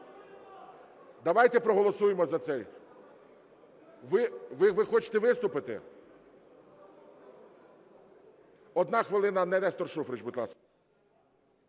Давайте проголосуємо за це. Ви хочете виступити? Одна хвилина, Нестор Шуфрич, будь ласка.